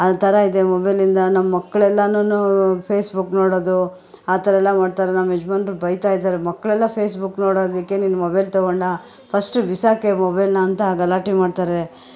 ಆ ಥರ ಇದೆ ಮೊಬೈಲಿಂದ ನಮ್ಮ ಮಕ್ಳೆಲ್ಲಾನು ಫೇಸ್ಬುಕ್ ನೋಡೋದು ಆ ಥರ ಎಲ್ಲ ಮಾಡ್ತಾರೆ ನಮ್ಮ ಯಜಮಾನ್ರು ಬೈತಾ ಇದ್ದಾರೆ ಮಕ್ಕಳೆಲ್ಲಾ ಫೇಸ್ಬುಕ್ ನೋಡೋದಕ್ಕೆ ನೀನ್ ಮೊಬೈಲ್ ತಗೊಂಡಾ ಫಸ್ಟು ಬಿಸಾಕೆ ಮೊಬೈಲ್ನ ಅಂತ ಗಲಾಟೆ ಮಾಡ್ತಾರೆ